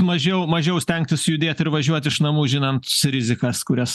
mažiau mažiau stengtis judėt ir važiuot iš namų žinant rizikas kurias